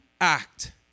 act